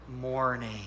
morning